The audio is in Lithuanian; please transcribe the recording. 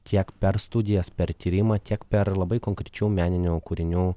tiek per studijas per tyrimą tiek per labai konkrečių meninių kūrinių